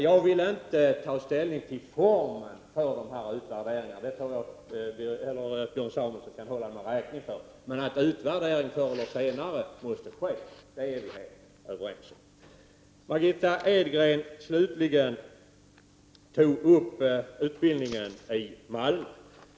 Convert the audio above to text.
Jag vill inte ta ställning till formen för utvärderingen, och det tror jag att Björn Samuelson kan hålla mig räkning för, men att en utvärdering förr eller senare måste ske är vi helt överens om. Margitta Edgren, slutligen, tog upp frågan om utbildningen i Malmö.